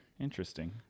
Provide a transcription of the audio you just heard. Interesting